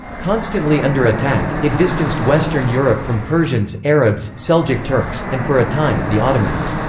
constantly under attack, it distanced western europe from persians, arabs, seljuk turks, and for a time, the ottomans.